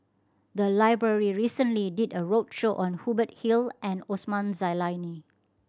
the library recently did a roadshow on Hubert Hill and Osman Zailani